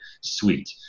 suite